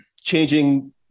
changing